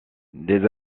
des